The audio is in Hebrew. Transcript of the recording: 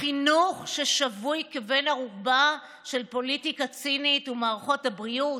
החינוך ששבוי כבן ערובה של פוליטיקה צינית ומערכות הבריאות,